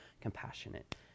compassionate